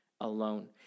alone